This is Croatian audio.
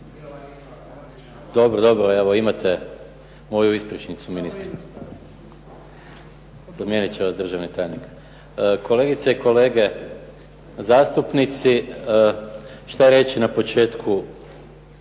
Dobro, dobro, evo imate moju ispričnicu ministre. Zamijenit će vas državni tajnik. Kolegice i kolege zastupnici, što će reći na početku